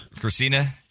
Christina